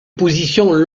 position